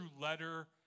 letter